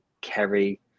Kerry